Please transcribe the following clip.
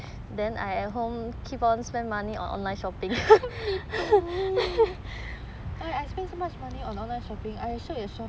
I I spend so much money on online shopping I shop on